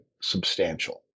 substantial